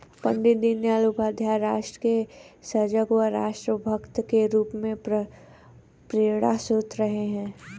पण्डित दीनदयाल उपाध्याय राष्ट्र के सजग व राष्ट्र भक्त के रूप में प्रेरणास्त्रोत रहे हैं